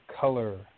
color